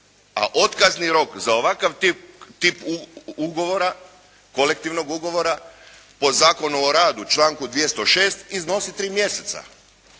a otkazni rok za ovakav tip ugovora, kolektivnog ugovora po Zakonu o radu, članku 206. iznosi tri mjeseca.